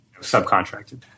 subcontracted